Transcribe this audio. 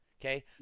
Okay